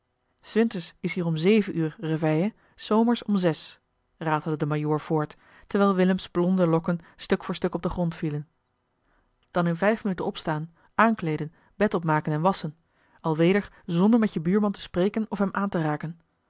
winters is hier om zeven uur réveille s zomers om zes ratelde de majoor voort terwijl willems blonde lokken stuk voor stuk op den grond vielen dan in vijf minuten opstaan aankleeden bed opmaken en wasschen alweder zonder met je buurman te spreken of hem aan te raken